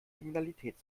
kriminalität